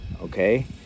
Okay